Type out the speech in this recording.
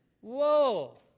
Whoa